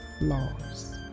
laws